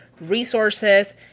resources